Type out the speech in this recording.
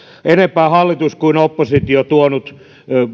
enempää hallitus kuin oppositio tuonut